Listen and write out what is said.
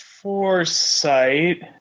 Foresight